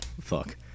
Fuck